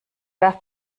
darf